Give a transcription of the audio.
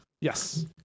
Yes